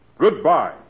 Goodbye